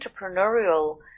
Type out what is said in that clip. entrepreneurial